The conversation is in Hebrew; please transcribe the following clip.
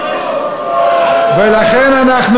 ולכן אנחנו